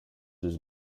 was